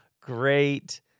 great